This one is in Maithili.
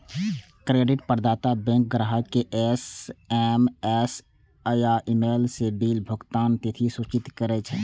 क्रेडिट प्रदाता बैंक ग्राहक कें एस.एम.एस या ईमेल सं बिल भुगतानक तिथि सूचित करै छै